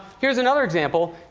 here's another example.